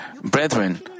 brethren